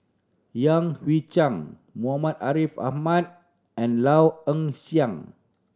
Yan Hui Chang Muhammad Ariff Ahmad and Low Ing Sing